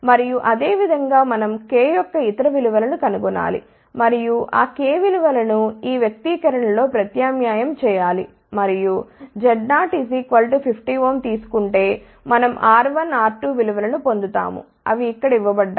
మరియు అదే విధంగా మనం k యొక్క ఇతర విలువలు కనుగొనాలి మరియు ఆ k విలువ లను ఈ వ్యక్తీకరణ లో ప్రత్యామ్నాయం చేయాలి మరియు Z0 50 Ω తీసుకుంటే మనం R1 R2 విలువలను పొందుతాం అవి ఇక్కడ ఇవ్వబడ్డాయి